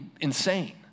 insane